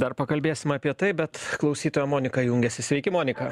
dar pakalbėsim apie tai bet klausytoja monika jungiasi sveiki monika